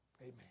amen